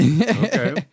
Okay